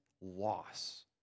loss